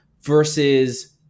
versus